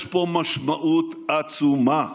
יש פה משמעות עצומה.